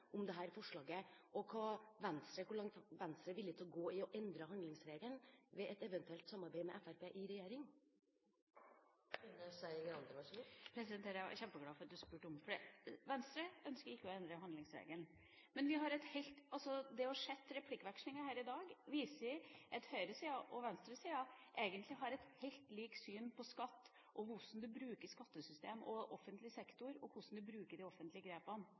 om dette forslaget, og hvor langt Venstre er villig til å gå i å endre handlingsregelen ved et eventuelt samarbeid med Fremskrittspartiet i regjering. Jeg er veldig glad for det spørsmålet. Venstre ønsker ikke å endre handlingsregelen. Men replikkvekslinga her i dag viser at høyresida og venstresida egentlig har et helt likt syn på skatt, hvordan du bruker skattesystem og offentlig sektor, og hvordan du bruker de offentlige grepene.